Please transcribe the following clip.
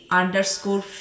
underscore